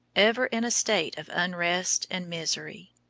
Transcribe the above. ever in a state of unrest and misery.